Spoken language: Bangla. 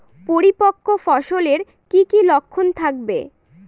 পরিপক্ক ফসলের কি কি লক্ষণ থাকবে?